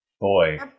boy